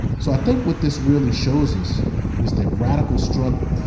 so i think what this really shows us is that radical struggle,